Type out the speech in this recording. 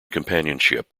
companionship